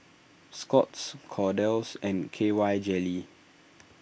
Scott's Kordel's and K Y Jelly